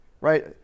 right